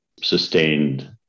sustained